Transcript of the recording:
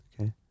Okay